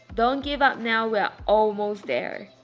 don't give up now we're almost there!